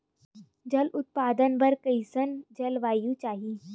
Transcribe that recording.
फसल उत्पादन बर कैसन जलवायु चाही?